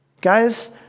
Guys